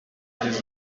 rugeze